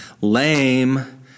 Lame